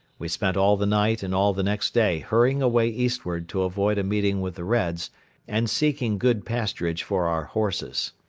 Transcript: we spent all the night and all the next day hurrying away eastward to avoid a meeting with the reds and seeking good pasturage for our horses.